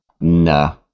Nah